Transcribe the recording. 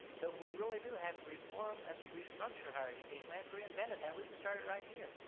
that we really do have to reform and restructure higher education. we have to reinvent it and we can start it right here.